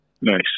nice